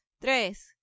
tres